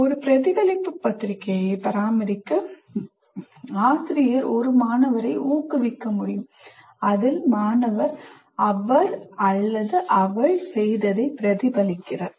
ஒரு பிரதிபலிப்பு பத்திரிகையை பராமரிக்க ஆசிரியர் ஒரு மாணவரை ஊக்குவிக்க முடியும் அதில் மாணவர் அவர் அவள் செய்ததைப் பிரதிபலிக்கிறார்